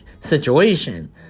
situation